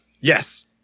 Yes